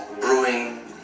brewing